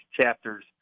chapters